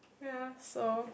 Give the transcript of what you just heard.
ya so